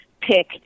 pick